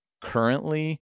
Currently